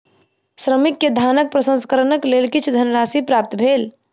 श्रमिक के धानक प्रसंस्करणक लेल किछ धनराशि प्राप्त भेल